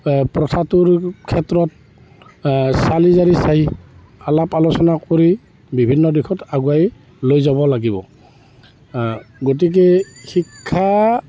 প্ৰথাটোৰ ক্ষেত্ৰত চালি জাৰি চাই আলাপ আলোচনা কৰি বিভিন্ন দিশত আগুৱাই লৈ যাব লাগিব গতিকে শিক্ষা